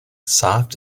soft